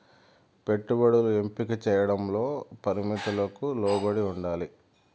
పెట్టుబడులు ఎంపిక చేయడంలో పరిమితులకు లోబడి ఉండాలి